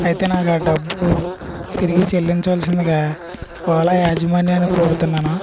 అయితే నాకా డబ్బు తిరిగి చెల్లించవల్సిందిగా ఓలా యాజమాన్యాన్ని కోరుతున్నాను